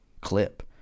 clip